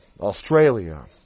Australia